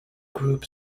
group